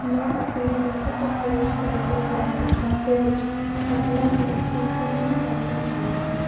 ਮੈਂ ਆਪਣੇ ਮੱਧ ਪ੍ਰਦੇਸ਼ ਗ੍ਰਾਮੀਣ ਬੈਂਕ ਖਾਤੇ ਵਿੱਚ ਆਪਣਾ ਬੈਂਕ ਸੰਤੁਲਨ ਜਾਣਨਾ ਚਾਹੁੰਦਾ ਹਾਂ